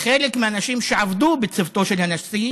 חלק מהאנשים שעבדו בצוותו של הנשיא